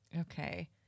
Okay